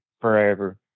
forever